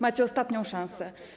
Macie ostatnią szansę.